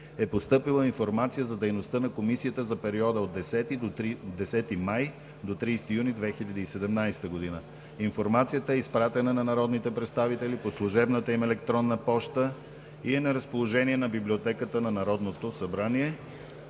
е постъпила информация за дейността на Комисията за периода от 10 май 2017 г. до 30 юни 2017 г. Информацията е изпратена на народните представители по служебната им електронна поща и е на разположение в Библиотеката на Народното събрание.